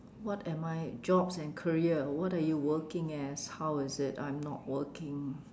what am I jobs and career what are you working as how is it I'm not working